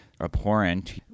abhorrent